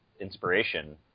inspiration